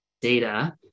data